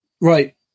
Right